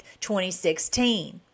2016